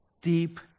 deep